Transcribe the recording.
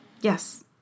Yes